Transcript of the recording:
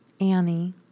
Annie